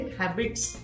habits